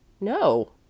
No